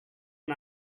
and